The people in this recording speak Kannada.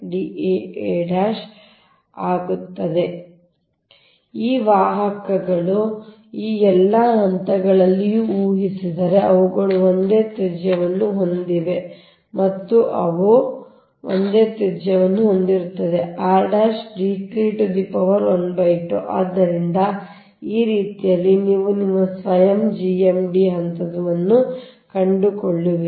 ಈಗ ಈ ವಾಹಕಗಳು ಈ ಎಲ್ಲಾ ಹಂತಗಳನ್ನು ಊಹಿಸಿದರೆ ಅವುಗಳು ಒಂದೇ ತ್ರಿಜ್ಯವನ್ನು ಹೊಂದಿವೆ ಮತ್ತು ಅವು ಒಂದೇ ತ್ರಿಜ್ಯವನ್ನು ಹೊಂದಿವೆ ಅಂದರೆ ಆದ್ದರಿಂದ ಈ ರೀತಿಯಲ್ಲಿ ನೀವು ನಿಮ್ಮ ಸ್ವಯಂ GMD ಹಂತದ ಹಂತವನ್ನು ಕಂಡುಕೊಳ್ಳುವಿರಿ